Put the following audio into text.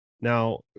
now